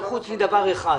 חוץ מדבר אחד,